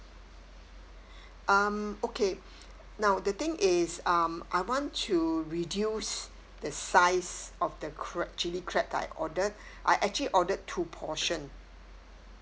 um okay now the thing is um I want to reduce the size of the cra~ chilli crab that I ordered I actually ordered two portion